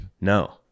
No